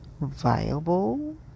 Viable